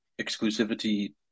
exclusivity